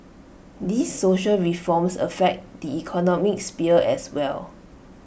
these social reforms affect the economic sphere as well